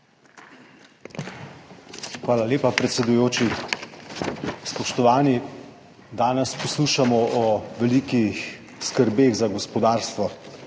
Hvala lepa, predsedujoči. Spoštovani! Danes poslušamo o velikih skrbeh za gospodarstvo,